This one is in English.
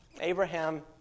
Abraham